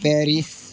Paris